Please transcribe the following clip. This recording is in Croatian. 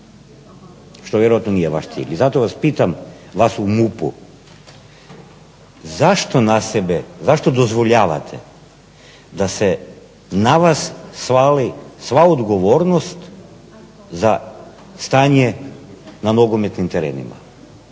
Što vjerojatno nije vaš cilj. I zato vas pitam, vas u MUP-u, zašto na sebe, zašto dozvoljavate da se na vas svali sva odgovornost za stanje na nogometnim terenima?